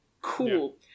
Cool